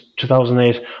2008